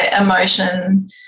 emotion